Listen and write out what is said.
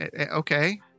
Okay